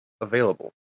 available